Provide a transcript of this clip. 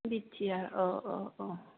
बि T R औ औ औ